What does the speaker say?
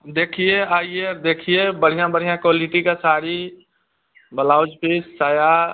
देखिए आईए अब देखिए बढ़िया बढ़िया क्वालिटी का साड़ी ब्लाउज़ पीस सारा